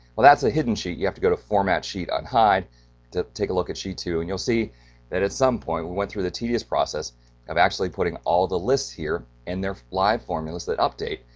well that's a hidden sheet. you have to go to format sheet unhide to take a look at sheet two. and you'll see that at some point we went through the tedious process of actually putting all the lists here and they're live formulas that update.